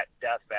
Death